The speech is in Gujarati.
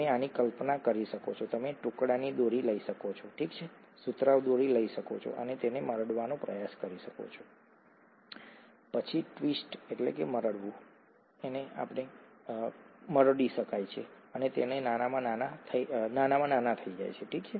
તમે આની કલ્પના કરી શકો છો તમે ટુકડાની દોરી લઈ શકો છો ઠીક છે સુતરાઉ દોરી લઈ શકો છો અને તેને મરડવાનો પ્રયાસ કરી શકો છો પછી ટ્વિસ્ટમરડવું કરી શકો છો અને તે નાના અને નાના થઈ જાય છે ઠીક છે